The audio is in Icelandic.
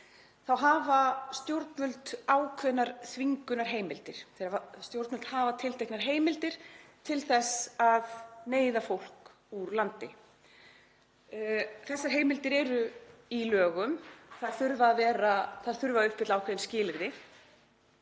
Stjórnvöld hafa tilteknar heimildir til þess að neyða fólk úr landi. Þessar heimildir eru í lögum, þær þurfa að uppfylla ákveðin skilyrði